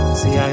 see